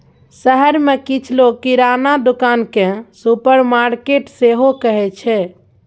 शहर मे किछ लोक किराना दोकान केँ सुपरमार्केट सेहो कहै छै